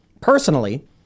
personally